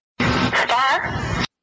Star